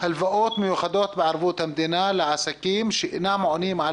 הלוואות מיוחדות בערבות המדינה לעסקים שאינם עונים על